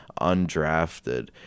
undrafted